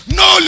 no